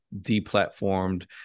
deplatformed